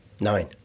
Nine